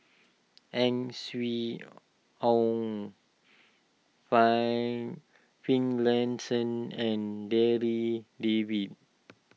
Ang Swee Aun Fine Finlayson and Darryl David